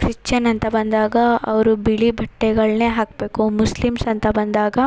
Christian ಅಂತ ಬಂದಾಗ ಅವರು ಬಿಳಿ ಬಟ್ಟೆಗಳನ್ನೇ ಹಾಕಬೇಕು ಮುಸ್ಲಿಮ್ಸ್ ಅಂತ ಬಂದಾಗ